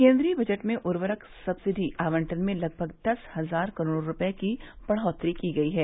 केन्द्रीय बजट में उर्वरक सक्सिडी आवंटन में लगभग दस हज़ार करोड़ रुपये की बढ़ोत्तरी की गयी है